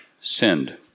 sinned